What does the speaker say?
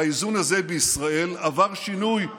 והאיזון הזה בישראל עבר שינוי.